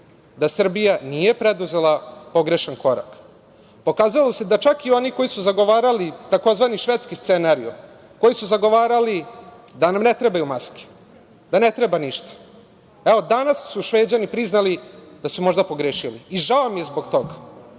da Srbija nije preduzela pogrešan korak. Pokazalo se da čak i oni koji su zagovarali tzv. švedski scenario, koji su zagovarali da nam ne trebaju maske, da ne treba ništa, a evo danas su Šveđani priznali da su možda pogrešili i žao mi je zbog toga